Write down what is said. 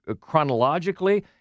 chronologically